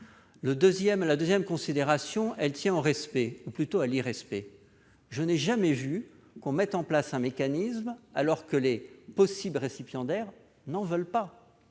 Ma deuxième considération tient au respect ou plutôt à l'irrespect. Je n'ai jamais vu mettre en place un mécanisme dont les possibles récipiendaires ne veulent pas